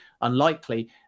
unlikely